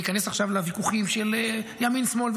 להיכנס עכשיו לוויכוחים של ימין שמאל,